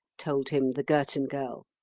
told him the girton girl.